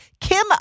Kim